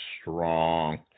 strong